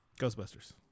Ghostbusters